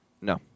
No